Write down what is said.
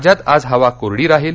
राज्यात आज हवा कोरडी राहील